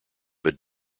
but